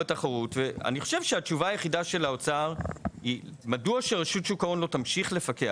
חושב שהתשובה היחידה של האוצר היא: "מדוע שרשות שוק ההון לא תמשיך לפקח?